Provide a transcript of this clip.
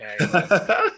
Okay